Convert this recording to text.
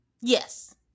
Yes